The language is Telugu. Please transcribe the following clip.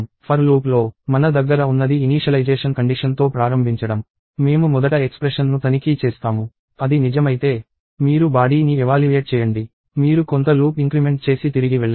ఫర్ లూప్లో మన దగ్గర ఉన్నది ఇనీషలైజేషన్ కండిషన్తో ప్రారంభించడం మేము మొదట ఎక్స్ప్రెషన్ ను తనిఖీ చేస్తాము అది నిజమైతే మీరు బాడీ ని ఎవాల్యుయేట్ చేయండి మీరు కొంత లూప్ ఇంక్రిమెంట్ చేసి తిరిగి వెళ్లండి